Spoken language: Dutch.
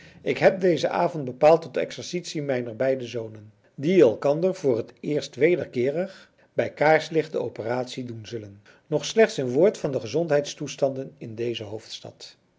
ik heb dezen avond bepaald tot exercitie mijner beide zonen die elkander voor het eerst wederkeerig bij kaarslicht de operatie doen zullen nog slechts een woord van de gezondheidstoestanden in deze hoofdstad